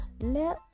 Let